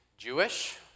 Jewish